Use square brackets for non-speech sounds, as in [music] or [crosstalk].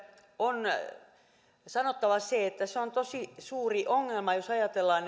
on sanottava se että se on tosi suuri ongelma jos ajatellaan [unintelligible]